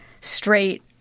straight